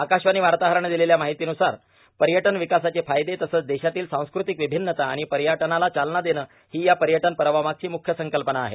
आकाशवाणी वार्ताहरानं दिलेल्या माहितीन्रसार पर्यटन विकासाचे फायदे तसंच देशातील सांस्कृतिक विभिन्नता आणि पर्यटनाला चालना देणं ही या पर्यटन पर्वामागची मुख्य कल्पना आहे